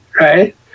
right